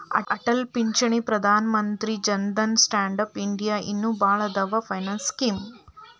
ಅಟಲ್ ಪಿಂಚಣಿ Pradhan Mantri Jan Dhan stand up India ಇನ್ನು ಭಾಳ್ ಅದಾವ್ ಫೈನಾನ್ಸ್ ಸ್ಕೇಮ್